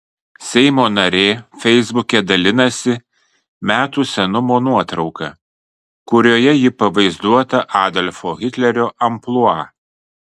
seimo narė feisbuke dalinasi metų senumo nuotrauka kurioje ji pavaizduota adolfo hitlerio amplua